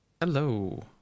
Hello